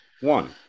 One